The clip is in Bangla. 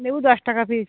লেবু দশ টাকা পিস